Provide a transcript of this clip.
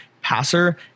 passer